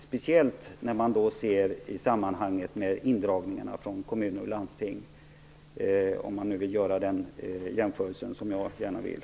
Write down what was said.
Speciellt när man ser den i sammanhang med indragningarna från kommuner och landsting, om man nu vill göra den jämförelsen, vilket jag gärna vill.